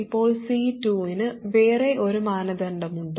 ഇപ്പോൾ C2 ന് വേറെ ഒരു മാനദണ്ഡമുണ്ട്